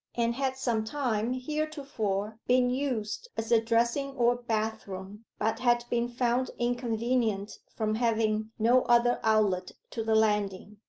and had some time heretofore been used as a dressing or bath room, but had been found inconvenient from having no other outlet to the landing.